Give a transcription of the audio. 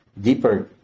deeper